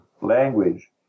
language